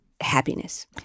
happiness